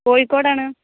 കോഴിക്കോടാണ്